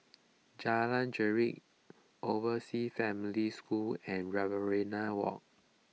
Jalan Grisek Overseas Family School and Riverina Walk